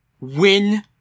win